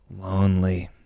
Lonely